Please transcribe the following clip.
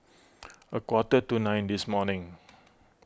a quarter to nine this morning